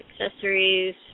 accessories